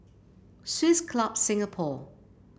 Swiss Club Singapore